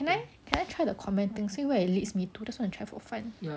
can I can I try the comment thing see where it leads me to just want to try for fun